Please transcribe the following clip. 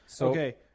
Okay